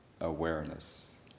awareness